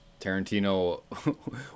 Tarantino